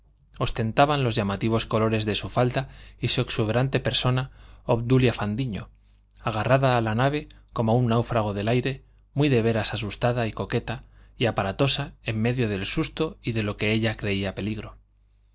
ostentaba los llamativos colores de su falda y su exuberante persona obdulia fandiño agarrada a la nave como un náufrago del aire muy de veras asustada y coqueta y aparatosa en medio del susto y de lo que ella creía peligro